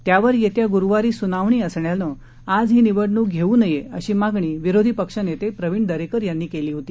त्यावर येत्या गुरूवारी सुनावणी असल्यानं आज ही निवडणूक घेऊ नये अशी मागणी विरोधी पक्षनेते प्रवीण दरेकर यांनी केली होती